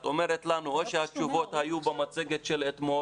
את אומרת לנו או שהתשובות היו במצגת של אתמול,